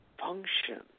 function